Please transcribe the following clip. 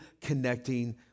connecting